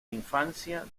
infancia